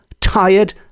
tired